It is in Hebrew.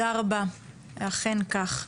אכן כך.